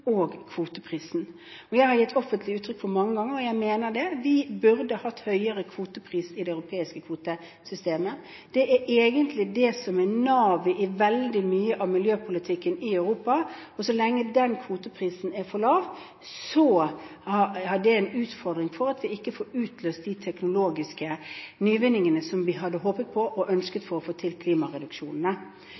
og kvoteprisen. Jeg har gitt offentlig uttrykk for mange ganger, og jeg mener det, at vi burde hatt høyere kvotepris i det europeiske kvotesystemet. Det er egentlig det som er navet i veldig mye av miljøpolitikken i Europa, og så lenge den kvoteprisen er for lav, er det en utfordring med hensyn til at vi ikke får utløst de teknologiske nyvinningene som vi hadde håpet på og ønsket for å få til